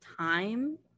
time